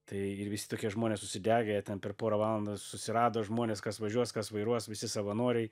tai ir visi tokie žmonės užsidegę jie ten per pora valandų susirado žmones kas važiuos kas vairuos visi savanoriai